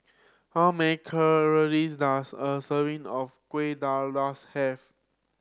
how many calories does a serving of kuih dadars have